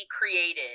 created